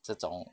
这种